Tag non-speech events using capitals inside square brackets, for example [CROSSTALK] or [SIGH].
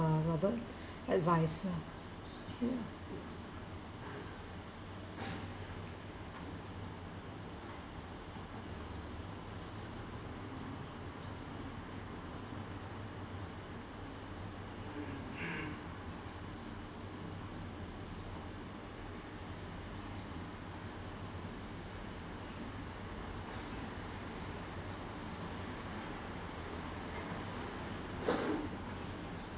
Robo-Advisor [NOISE]